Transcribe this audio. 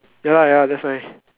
ya lah ya lah that's why